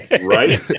Right